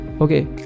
Okay